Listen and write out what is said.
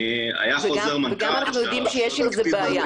היא חוזר מנכ"ל עכשיו --- וגם אנחנו יודעים שיש עם זה בעיה.